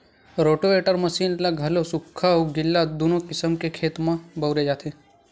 rotavator machine ल घलो सुख्खा अउ गिल्ला दूनो किसम के खेत म बउरे जाथे